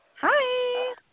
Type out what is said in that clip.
Hi